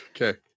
Okay